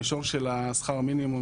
המישור של שכר המינימום,